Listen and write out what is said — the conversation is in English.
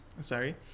Sorry